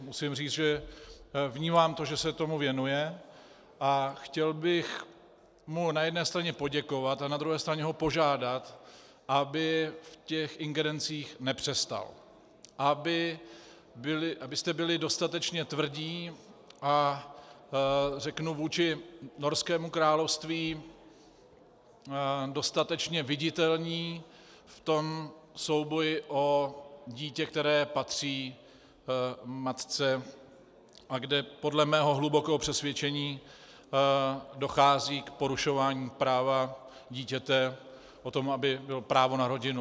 Musím říct, že vnímám to, že se tomu věnuje, a chtěl bych mu na jedné straně poděkovat a na druhé straně ho požádat, aby v těch ingerencích nepřestal, abyste byli dostatečně tvrdí, řeknu, vůči Norskému království, dostatečně viditelní v tom souboji o dítě, které patří matce, a kde podle mého hlubokého přesvědčení dochází k porušování práva dítěte v tom, aby bylo právo na rodinu.